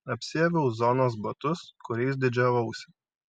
apsiaviau zonos batus kuriais didžiavausi